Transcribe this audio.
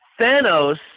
Thanos